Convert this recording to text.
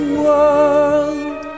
world